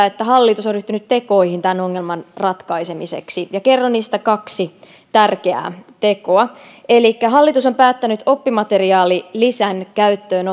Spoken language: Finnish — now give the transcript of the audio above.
että hallitus on ryhtynyt tekoihin tämän ongelman ratkaisemiseksi ja kerron niistä kaksi tärkeää tekoa elikkä hallitus on päättänyt oppimateriaalilisän käyttöön